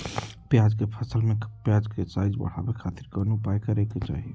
प्याज के फसल में प्याज के साइज बढ़ावे खातिर कौन उपाय करे के चाही?